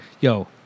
Yo